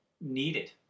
needed